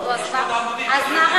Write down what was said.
נו, אז מה?